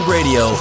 Radio